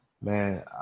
man